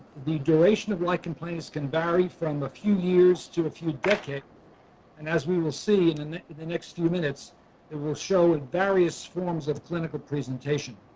the duration of my complaints can bury from the few years to a few decades and as we will see in and the next few minutes it will show ah various forms of clinical presentation